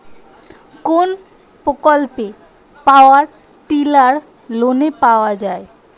কোন প্রকল্পে power tiller লোনে পাওয়া য়ায়?